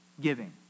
giving